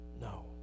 No